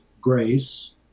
grace